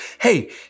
hey